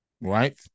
right